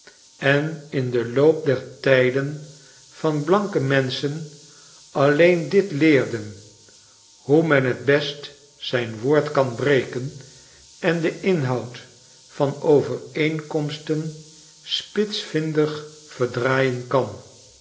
en in den loop der tijden van blanke menschen alleen dit leerden hoe men t best zijn woord kan broken en den inhoud van overeenkomsten spitsvindig verdraaien kan